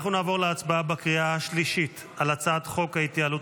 אנחנו נעבור להצבעה בקריאה השלישית על הצעת חוק ההתייעלות